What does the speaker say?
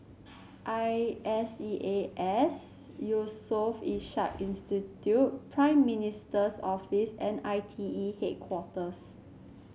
I S E A S Yusof Ishak Institute Prime Minister's Office and I T E Headquarters